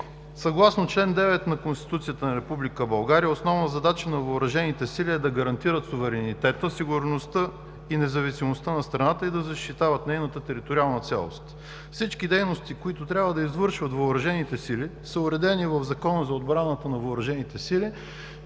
Съгласно чл. 9 на Конституцията на Република България основна задача на Въоръжените сили е да гарантират суверенитета, сигурността и независимостта на страната и да защитават нейната териториална цялост. Всички дейности, които трябва да извършват Въоръжените сили, са уредени в Закона за отбраната на въоръжените сили